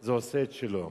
זה עושה את שלו.